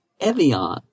Evian